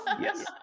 Yes